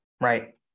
right